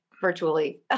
virtually